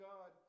God